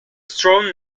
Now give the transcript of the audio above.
strong